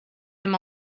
him